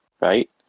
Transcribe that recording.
right